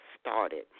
started